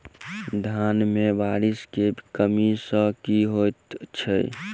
धान मे बारिश केँ कमी सँ की होइ छै?